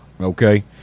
okay